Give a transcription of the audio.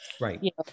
Right